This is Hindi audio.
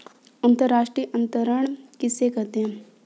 अंतर्राष्ट्रीय अंतरण किसे कहते हैं?